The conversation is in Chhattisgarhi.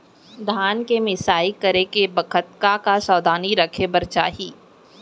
धान के मिसाई करे के बखत का का सावधानी रखें बर चाही?